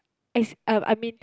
as uh I mean